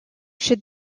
should